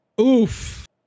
Oof